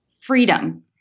freedom